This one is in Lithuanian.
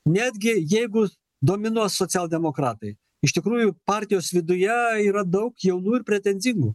netgi jeigu dominuos socialdemokratai iš tikrųjų partijos viduje yra daug jaunų ir pretenzingų